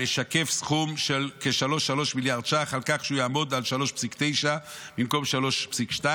המשקף סכום של כ-3.3 מיליארד ש"ח על כך שהוא יעמוד על 3.9 במקום 3.2,